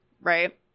right